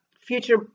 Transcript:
future